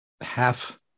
half